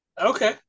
Okay